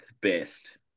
best